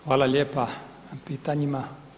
Hvala lijepa na pitanjima.